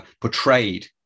portrayed